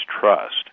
trust